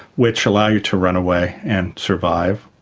which allow you to run away and survive,